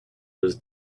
was